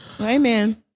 amen